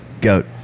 Goat